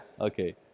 okay